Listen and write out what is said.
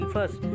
First